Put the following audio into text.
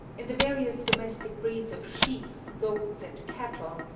in the various domestic breeds of sheep, goats, and cattle,